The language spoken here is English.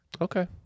Okay